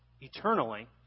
eternally